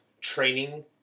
training